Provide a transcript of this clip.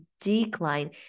decline